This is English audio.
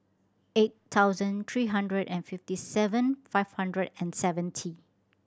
eight thousand three hundred and fifty seven five hundred and seventy